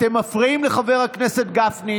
אתם מפריעים לחבר הכנסת גפני.